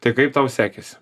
tai kaip tau sekėsi